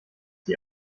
die